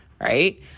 right